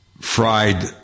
fried